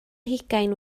hugain